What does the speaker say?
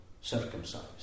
circumcised